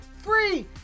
Free